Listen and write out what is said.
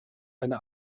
eine